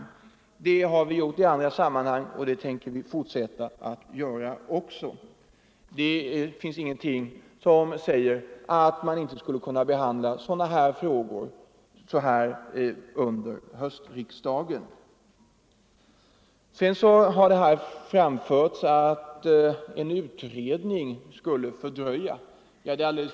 Det har vi gjort i annat sammanhang och det tänker vi fortsätta att göra. Vidare har det här framförts att en utredning skulle verka fördröjande.